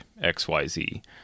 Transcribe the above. xyz